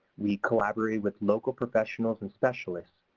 we collaborate with local professionals and specialists.